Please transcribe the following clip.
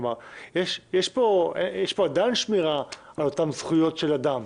כלומר יש פה עדיין שמירה על אותן זכויות של אדם.